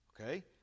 Okay